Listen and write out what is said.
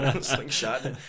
Slingshot